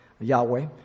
Yahweh